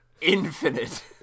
Infinite